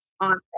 on